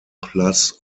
plus